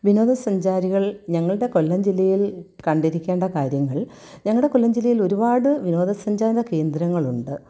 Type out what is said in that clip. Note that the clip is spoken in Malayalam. വിനോദസഞ്ചാരികൾ ഞങ്ങളുടെ കൊല്ലം ജില്ലയിൽ കണ്ടിരിക്കേണ്ട കാര്യങ്ങൾ ഞങ്ങളുടെ കൊല്ലം ജില്ലയിൽ ഒരുപാട് വിനോദ സഞ്ചാര കേന്ദ്രങ്ങളുണ്ട്